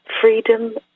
freedom